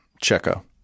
Checo